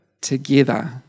together